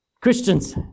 Christians